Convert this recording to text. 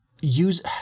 use